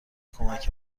کمک